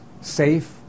safe